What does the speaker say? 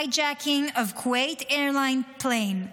hijacking of Kuwait Airlines plane,